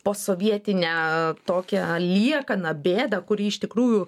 posovietinę tokią liekaną bėdą kuri iš tikrųjų